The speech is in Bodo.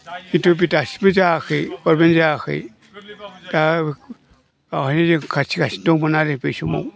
खिन्थु बे दासिमबो जायाखै गभर्नमेन्ट जायाखै दा बावहायनो जों खाथिगासनो दंमोन आरो बै समाव